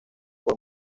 por